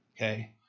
okay